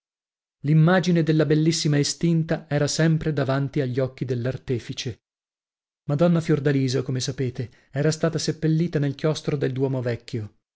l'immagine della bellissima estinta era sempre davanti agli occhi dell'artefice madonna fiordalisa come sapete era stata seppellita nel chiostro del duomo vecchio